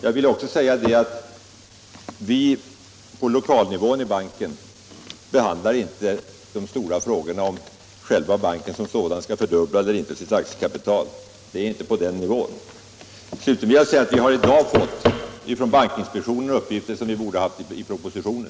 Jag vill också säga att vi på lokalnivån i banken behandlar inte så stora frågor som om banken som sådan skall fördubbla sitt aktiekapital eller inte. Sådana spörsmål ligger inte på den nivån. Slutligen vill jag säga att vi först i dag från bankinspektionen har fått uppgifter som vi skulle ha haft i propositionen.